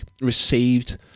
received